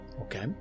Okay